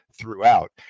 throughout